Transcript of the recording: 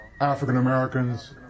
African-Americans